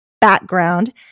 background